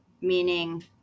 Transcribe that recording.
meaning